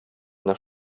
nach